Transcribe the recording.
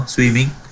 Swimming